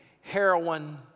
heroin